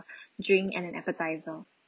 drink and an appetiser